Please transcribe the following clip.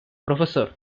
professor